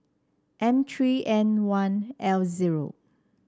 M three N one L zero